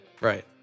right